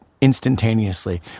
instantaneously